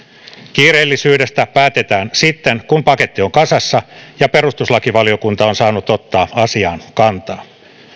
kiireellisyydestä päätetään sitten kun paketti on kasassa ja perustuslakivaliokunta on saanut ottaa asiaan kantaa